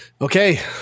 Okay